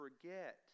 forget